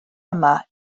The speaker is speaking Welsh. yma